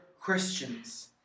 Christians